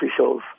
officials